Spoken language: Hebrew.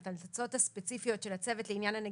ההמלצות הספציפיות של הצוות לעניין הנגישות,